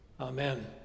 Amen